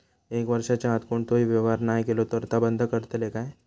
एक वर्षाच्या आत कोणतोही व्यवहार नाय केलो तर ता बंद करतले काय?